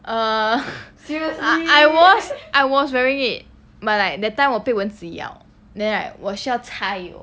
err I was I was wearing it but like that time 我被蚊子咬 then like 我需要擦油